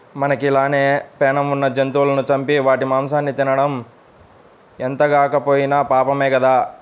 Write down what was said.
మనకి లానే పేణం ఉన్న జంతువులను చంపి వాటి మాంసాన్ని తినడం ఎంతగాకపోయినా పాపమే గదా